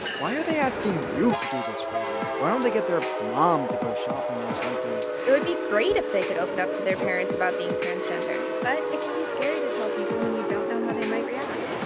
why are they asking you to do this for them? why don't they get their mom to go shopping or something? it would be great if they could open up to their parents about being transgender. but it can be scary to tell people when you don't know how they might react.